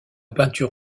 peinture